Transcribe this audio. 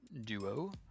Duo